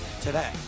today